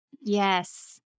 Yes